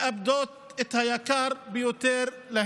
מאבדות את היקר להן ביותר.